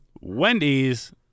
Wendy's